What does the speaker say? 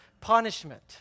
punishment